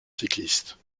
cycliste